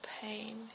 pain